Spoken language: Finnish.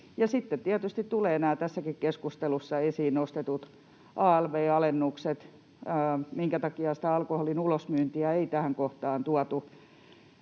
tietysti tulevat nämä tässäkin keskustelussa esiin nostetut alv-alennukset. Minkä takia sitä alkoholin ulosmyyntiä ei tähän kohtaan tuotu